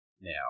now